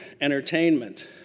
entertainment